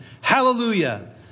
Hallelujah